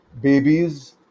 babies